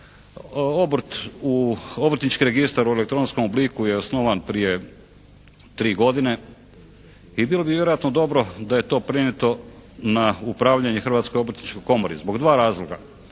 obrtnički registar u elektronskom obliku je osnovan prije 3 godine. I bilo bi vjerojatno dobro da je to prenijeti na upravljanje Hrvatske obrtničke komori zbog dva razloga.